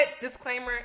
disclaimer